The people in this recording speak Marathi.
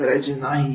काय करायचे नाही